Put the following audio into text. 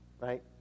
right